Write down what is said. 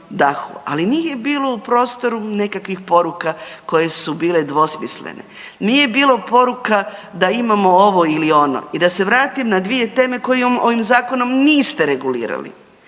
ali nije bilo u prostoru nekakvih poruka koje su bile dvosmislene. Nije bilo poruka da imamo ovo ili ono. I da se vratim na dvije teme koje ovim zakonom niste regulirali.